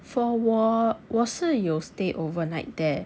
for 我我是有 stay overnight there